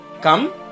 come